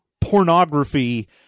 pornography